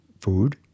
food